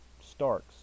Starks